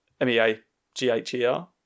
M-E-A-G-H-E-R